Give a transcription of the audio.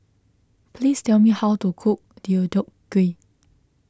please tell me how to cook Deodeok Gui